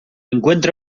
encuentra